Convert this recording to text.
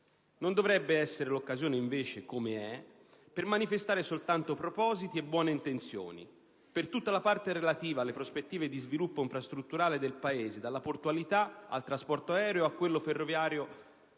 Non dovrebbe essere l'occasione, come invece è, per manifestare soltanto propositi e buone intenzioni, per tutta la parte relativa alle prospettive di sviluppo infrastrutturale del Paese, dalla portualità al trasporto aereo o a quello ferroviario